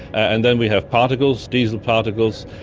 and then we have particles, diesel particles,